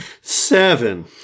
Seven